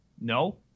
No